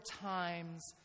times